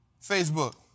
Facebook